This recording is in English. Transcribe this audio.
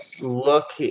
Look